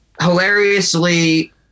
hilariously